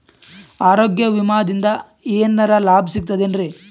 ಆರೋಗ್ಯ ವಿಮಾದಿಂದ ಏನರ್ ಲಾಭ ಸಿಗತದೇನ್ರಿ?